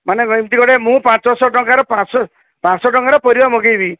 ମାନେ ଏମିତି ଗୋଟେ ମୁଁ ପାଞ୍ଚଶହ ଟଙ୍କାର ପାଞ୍ଚ ପାଞ୍ଚଶହ ଟଙ୍କା ପାରିଵା ମଗାଇବି